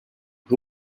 who